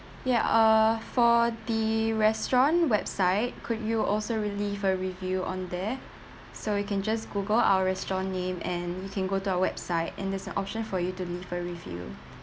ya uh for the restaurant website could you also re~ leave a review on there so you can just google our restaurant name and you can go to our website and there's an option for you to leave a review